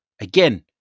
Again